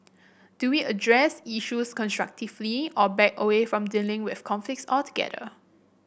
do we address issues constructively or back away from dealing with conflict altogether